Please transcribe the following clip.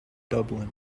dublin